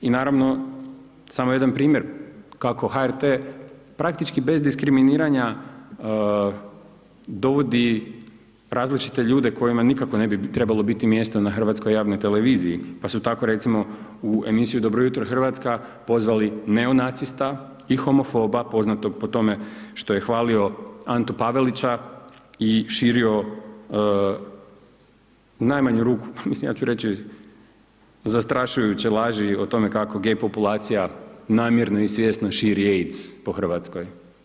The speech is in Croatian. I naravno, samo jedan primjer kako HRT praktički bez diskriminiranja dovodi različite ljudi kojima nikako ne bi trebalo biti mjesto na hrvatskoj javnoj televiziji, pa su tako recimo u emisiju Dobro jutro, Hrvatska pozvali neonacista i homofoba, poznatog po tome što je hvali Antu Pavelića i širio u najmanju ruku, pa mislim ja ću reći, zastrašujuće laži o tome kako gay populacija namjerno i svjesno širi AIDS po Hrvatskoj.